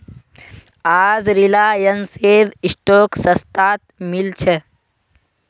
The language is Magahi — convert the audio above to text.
आज रिलायंसेर स्टॉक सस्तात मिल छ